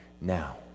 now